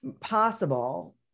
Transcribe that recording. possible